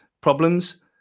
problems